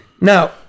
Now